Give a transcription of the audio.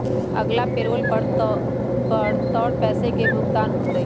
अगला पैरोल पर तोर पैसे के भुगतान होतय